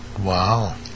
Wow